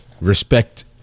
respect